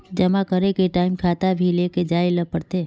जमा करे के टाइम खाता भी लेके जाइल पड़ते?